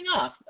off